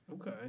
Okay